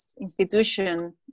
institution